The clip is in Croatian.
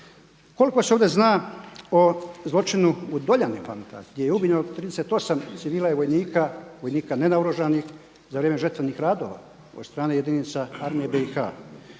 Koliko se ovdje zna o zločinu u Doljanima gdje je ubijeno 38 civila i vojnika, vojnika nenaoružanih za vrijeme žetvenih radova od strane jedinica Armije BiH.